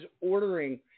ordering